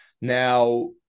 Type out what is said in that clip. Now